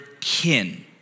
kin